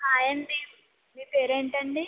hi అండి మీ పేరు ఏంటండి